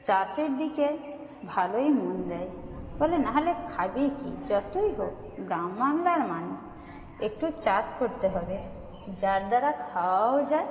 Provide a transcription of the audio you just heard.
চাষের দিকে ভালোই মন দেয় ফলে না হলে খাবে কি যতই হোক গ্রাম বাংলার মানুষ একটু চাষ করতে হবে যার দ্বারা খাওয়াও যায়